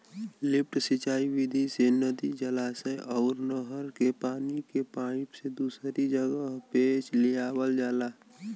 lift सिंचाई विधि से नदी, जलाशय अउर नहर के पानी के पाईप से दूसरी जगह पे लियावल जाला